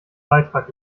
beitrag